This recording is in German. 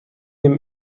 dem